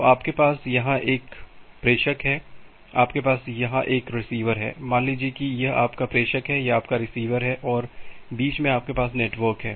तो आपके पास यहां एक प्रेषक है आपके पास यहां एक रिसीवर है मान लीजिये यह आपका प्रेषक है यह आपका रिसीवर है और बीच में आपके पास नेटवर्क है